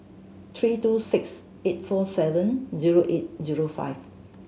three two six eight four seven zero eight zero five